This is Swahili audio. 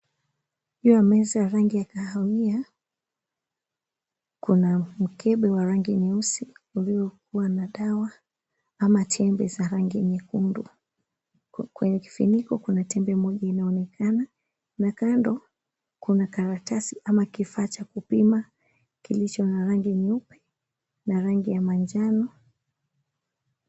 Juu ya meza ya rangi ya kahawia kuna mkebe wa rangi nyeusi uliokuwa na dawa ama tembe za rangi nyekundu. Kwenye kifuniko kuna tembe moja inaonekana na kando kuna karatasi ama kifaa cha kupima kilicho na rangi nyeupe na rangi ya manjano.